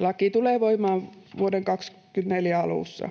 Laki tuli voimaan vuoden 24 alussa.